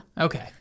Okay